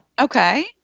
Okay